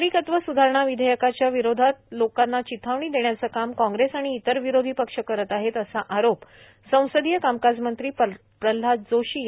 नागरिकत्व स्धारणा विधेयकाच्या विरोधात लोकांना चिथावणी देण्याचं काम काँग्रेस आणि इतर विरोधी पक्ष करत आहेत असा आरोप संसदीय कामकाजमंत्री प्रल्हाद जोशी यांनी केला आहे